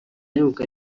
yumvwa